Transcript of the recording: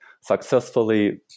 successfully